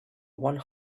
one